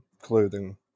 clothing